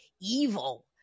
evil